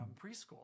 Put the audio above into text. preschool